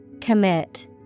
Commit